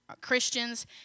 Christians